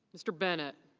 mr. bennett.